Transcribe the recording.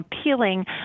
appealing